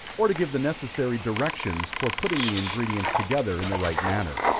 or to give the necessary directions for putting the ingredients together in the right manner.